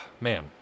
man